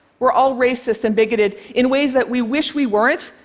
we're all racist and bigoted in ways that we wish we weren't,